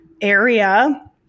area